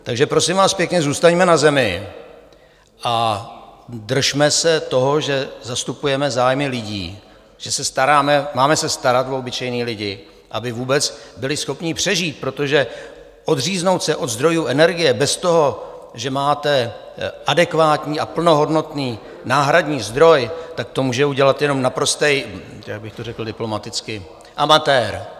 Takže prosím vás pěkně, zůstaňme na zemi a držme se toho, že zastupujeme zájmy lidí, že se máme starat o obyčejné lidi, aby vůbec byli schopni přežít, protože odříznout se od zdrojů energie bez toho, že máte adekvátní a plnohodnotný náhradní zdroj, to může udělat jenom naprostý jak bych to řekl diplomaticky amatér.